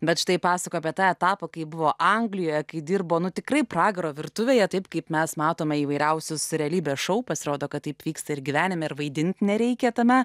bet štai pasakoja apie tą etapą kai buvo anglijoje kai dirbo nu tikrai pragaro virtuvėje taip kaip mes matome įvairiausius realybės šou pasirodo kad taip vyksta ir gyvenime ir vaidint nereikia tame